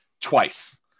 twice